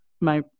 my-